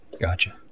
Gotcha